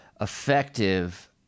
effective